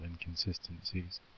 inconsistencies